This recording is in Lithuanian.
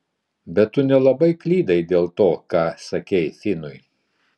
bet tu nelabai klydai dėl to ką sakei finui